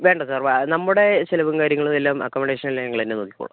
വേണ്ട സാർ നമ്മുടെ ചിലവും കാര്യങ്ങളെല്ലാം അക്കമഡേഷൻ എല്ലാം ഞങ്ങൾ തന്നെ നോക്കിക്കോളും